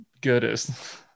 goodest